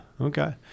okay